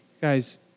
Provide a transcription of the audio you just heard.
Guys